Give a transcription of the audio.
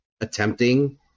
attempting